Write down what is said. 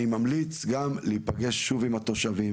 אני ממליץ גם להיפגש שוב עם כל התושבים